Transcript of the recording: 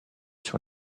sur